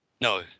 No